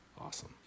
awesome